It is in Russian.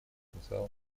потенциал